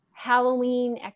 Halloween